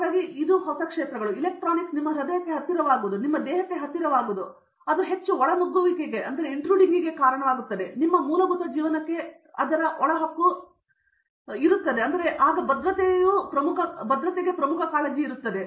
ಆದ್ದರಿಂದ ಅದು ತೆರೆಯುತ್ತದೆ ಮತ್ತು ನಿಮ್ಮ ಎಲೆಕ್ಟ್ರಾನಿಕ್ಸ್ ನಿಮ್ಮ ಹೃದಯಕ್ಕೆ ಹತ್ತಿರವಾಗುವುದು ಅಥವಾ ನಿಮ್ಮ ದೇಹಕ್ಕೆ ಹತ್ತಿರವಾಗುವುದು ಮತ್ತು ಅದು ಹೆಚ್ಚು ಒಳನುಗ್ಗುವಿಕೆಗೆ ಒಳಗಾಗುತ್ತದೆ ನಿಮ್ಮ ಮೂಲಭೂತ ಜೀವನಕ್ಕೆ ಅದರ ಒಳಹೊಕ್ಕು ಹೆಚ್ಚು ಹೆಚ್ಚುತ್ತಿರುವ ಭದ್ರತೆಗೆ ಪ್ರಮುಖ ಕಾಳಜಿ ಆಗುತ್ತದೆ